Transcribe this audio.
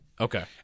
Okay